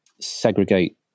segregate